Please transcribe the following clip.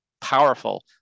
powerful